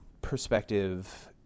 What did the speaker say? perspective